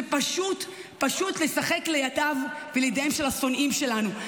זה פשוט לשחק לידיו ולידיהם של השונאים שלנו,